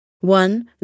one